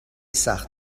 سخت